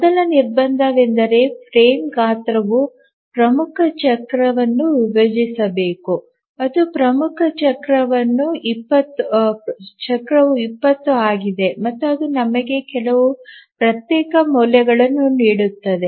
ಮೊದಲ ನಿರ್ಬಂಧವೆಂದರೆ ಫ್ರೇಮ್ ಗಾತ್ರವು ಪ್ರಮುಖ ಚಕ್ರವನ್ನು ವಿಭಜಿಸಬೇಕು ಮತ್ತು ಪ್ರಮುಖ ಚಕ್ರವು 20 ಆಗಿದೆ ಮತ್ತು ಅದು ನಮಗೆ ಕೆಲವು ಪ್ರತ್ಯೇಕ ಮೌಲ್ಯಗಳನ್ನು ನೀಡುತ್ತದೆ